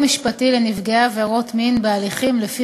(תיקון מס' 14) (סיוע משפטי לנפגעי עבירות מין בהליכים לפי